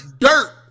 dirt